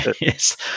yes